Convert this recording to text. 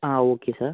ആ okay sir